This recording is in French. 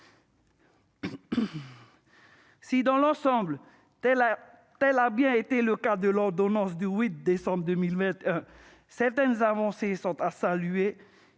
Dans l'ensemble, tel a bien été le cas de l'ordonnance du 8 décembre 2021, dont certaines avancées sont à saluer.